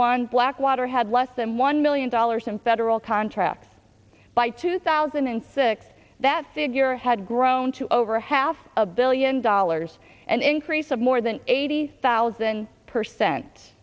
one blackwater had less than one million dollars in federal contracts by two thousand and six that figure had grown to over half a billion dollars an increase of more than eighty thousand percent